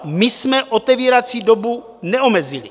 My jsme otevírací dobu neomezili.